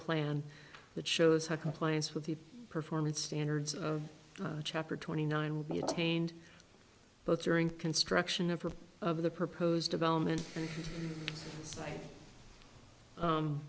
plan that shows how compliance with the performance standards of chapter twenty nine will be attained both during construction of a of the proposed development